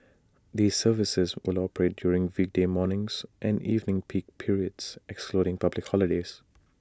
these services will operate during weekday mornings and evening peak periods excluding public holidays